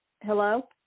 Hello